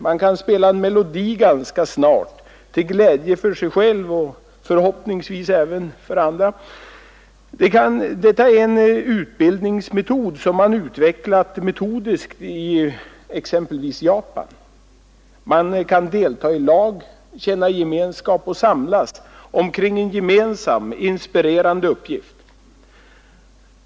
Man kan spela en melodi ganska snart, till glädje för sig själv och förhoppningsvis även till glädje för andra. Detta är en utbildningsmetod som man utvecklat metodiskt i exempelvis Japan. Man kan delta i lag, känna gemenskap, man samlas omkring en gemensam inspirerande uppgift.